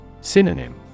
Synonym